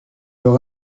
leur